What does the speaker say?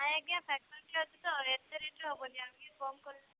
ଆଜ୍ଞା ଫାକ୍ଟ୍ରିଟିଏ ଅଛି ତ ଏତେ ରେଟରେ ହେବନି ଆଉ ଟିକିଏ କମ କରନ୍ତୁ